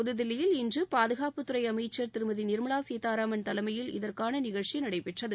புதுதில்லியில் இன்று பாதுகாப்புத்துறை அமைச்சர் திருமதி நிர்மலா சீதாராமன் தலைமையில் இதற்கான நிகழ்ச்சி நடைபெற்றது